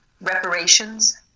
reparations